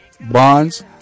Bonds